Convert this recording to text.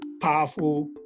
powerful